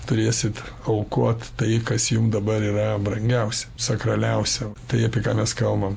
turėsit aukot tai kas jum dabar yra brangiausia sakraliausia tai apie ką mes kalbam